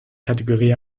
kategorie